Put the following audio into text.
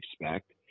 expect